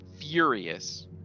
furious